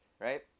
right